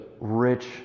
rich